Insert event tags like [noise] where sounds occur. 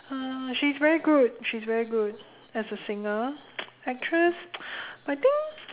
uh she's very good she's very good as a singer [noise] actress I think